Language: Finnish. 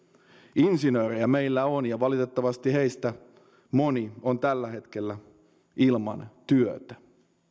insinöörejä meillä on ja valitettavasti heistä moni on tällä hetkellä ilman työtä